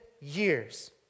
years